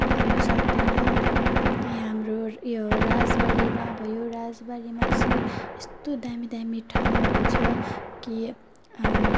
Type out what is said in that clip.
भन्नु सक्दैन र यहाँ हाम्रो उयो राजबाडीमा भयो राजबाडीमा चाहिँ यस्तो दामी दामी ठाउँहरू छ कि